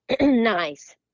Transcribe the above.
nice